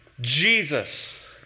Jesus